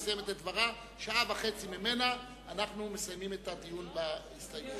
כעבור שעה וחצי אנחנו מסיימים את הדיון בהסתייגויות.